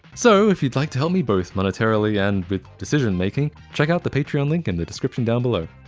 so if you'd like to help me both monetarily and with decision making, check out the patreon link in the description down below.